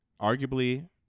arguably